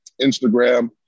Instagram